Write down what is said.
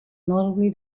notably